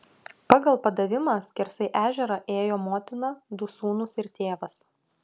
pagal padavimą skersai ežerą ėjo motina du sūnūs ir tėvas